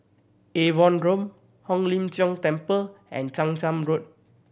Avon Road Hong Lim Jiong Temple and Chang Charn Road